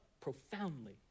profoundly